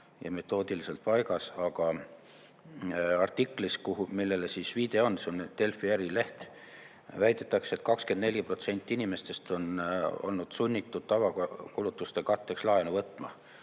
metoodika paigas. Aga artiklis, millele viide on – see on Delfi Ärileht –, väidetakse, et 24% inimestest on olnud sunnitud tavakulutuste katteks laenu võtma.